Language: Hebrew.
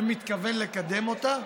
ומתכוון לקדם אותה,